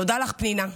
תודה לך, פנינה,